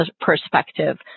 perspective